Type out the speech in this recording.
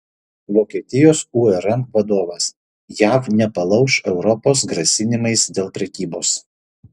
vokietijos urm vadovas jav nepalauš europos grasinimais dėl prekybos